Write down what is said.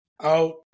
Out